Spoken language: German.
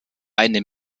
eine